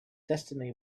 destiny